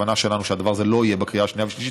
הכוונה שלנו היא שהדבר הזה לא יהיה בקריאה שנייה ושלישית